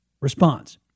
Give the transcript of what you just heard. response